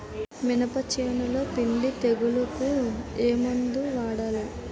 మినప చేనులో పిండి తెగులుకు ఏమందు వాడాలి?